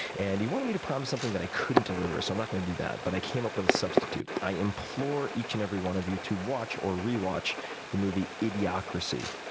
and he wanted me to promise something that i couldn't deliver, so i'm not gonna do that but i came up with a substitute. i implore each and every one of you to watch or re-watch the movie idiocracy.